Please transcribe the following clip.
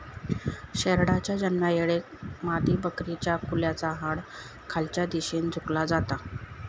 शेरडाच्या जन्मायेळेक मादीबकरीच्या कुल्याचा हाड खालच्या दिशेन झुकला जाता